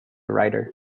writer